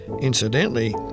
Incidentally